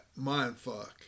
mindfuck